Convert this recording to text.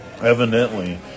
Evidently